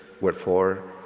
wherefore